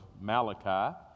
Malachi